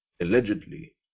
allegedly